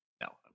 No